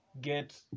get